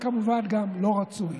וכמובן גם לא רצוי.